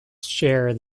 share